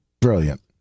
Brilliant